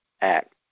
act